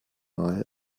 mal